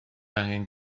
angen